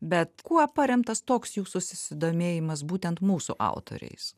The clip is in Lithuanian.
bet kuo paremtas toks jūsų sisidomėjimas būtent mūsų autoriais